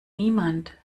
niemand